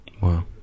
Wow